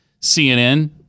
CNN